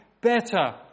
Better